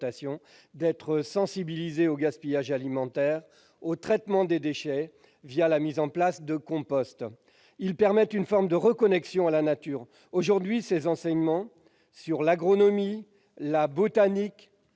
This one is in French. d'être sensibilisés au gaspillage alimentaire, au traitement des déchets la mise en place de compost. Il permet une forme de reconnexion à la nature. Aujourd'hui, ces enseignements sur l'agronomie, la botanique,